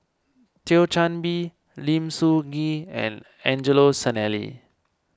Thio Chan Bee Lim Soo Ngee and Angelo Sanelli